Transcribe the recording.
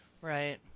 Right